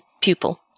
pupil